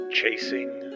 Chasing